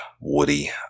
Woody